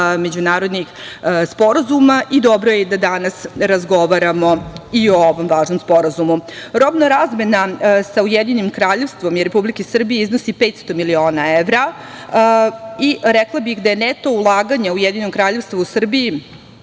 međunarodnih sporazuma i dobro je i da danas razgovaramo i ovom važnom sporazumu. Robna razmena sa Ujedinjenim Kraljevstvom i Republike Srbije iznosi 500 miliona evra i rekla bih da je neto ulaganja Ujedinjenom Kraljevstvu u Srbiji,